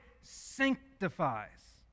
sanctifies